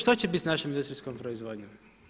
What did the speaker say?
Što će biti s našom industrijskom proizvodnjom?